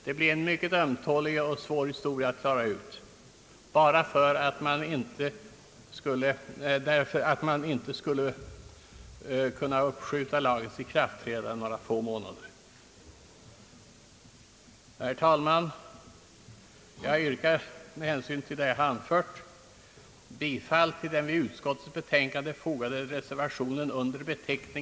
Det blir en mycket ömtålig och svår historia att klara ut — bara för att man inte skulle behöva uppskjuta lagens ikraftträdande några få månader. Herr talman! Jag yrkar med hänvisning till det anförda bifall till den vid utskottets betänkande fogade reservationen.